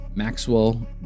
Maxwell